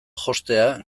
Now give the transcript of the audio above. jostea